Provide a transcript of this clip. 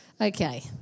Okay